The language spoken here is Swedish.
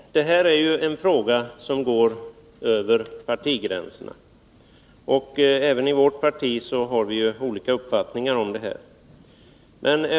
Herr talman! Det här är en fråga som går över partigränserna, och även i vårt parti har vi olika uppfattningar härvidlag.